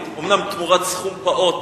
מכרו לי, אומנם תמורת סכום פעוט,